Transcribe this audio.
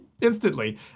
instantly